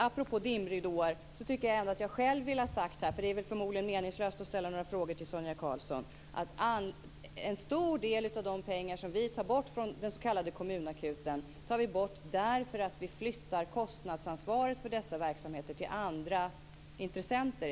Apropå dimridåer vill jag ha sagt här - för det är väl förmodligen meningslöst att ställa några frågor till Sonia Karlsson - att en stor del av de pengar som vi tar bort från den s.k. kommunakuten tar vi bort därför att vi flyttar kostnadsansvaret för dessa verksamheter till andra intressenter.